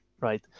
right